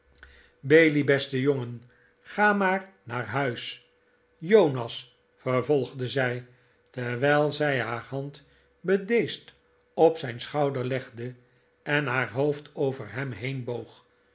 bailey beste jongen ga maar naar huis jonas vervolgde zij terwijl zij haar hand bedeesd op zijn schouder legde en haar hoofd over hem